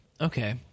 Okay